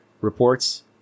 reports